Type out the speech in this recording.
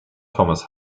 thomas